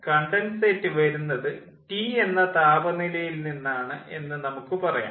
condensate വരുന്നത് T എന്ന താപനിലയിൽ നിന്നാണ് എന്ന് നമുക്ക് പറയാം